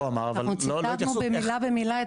ציטטנו מילה במילה.